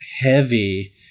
heavy